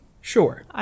Sure